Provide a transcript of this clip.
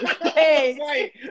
Hey